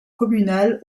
communale